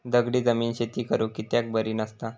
दगडी जमीन शेती करुक कित्याक बरी नसता?